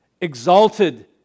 exalted